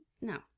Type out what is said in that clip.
No